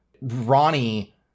Ronnie